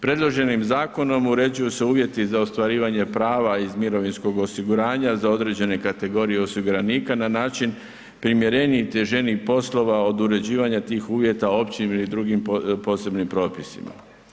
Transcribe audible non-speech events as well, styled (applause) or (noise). Predloženim zakonom uređuju se uvjeti za ostvarivanje prava iz mirovinskog osiguranja za određene kategorije osiguranika na način primjereniji ... (unintelligible) poslova od određivanja tih uvjeta općim ili drugim posebnim propisima.